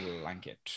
Blanket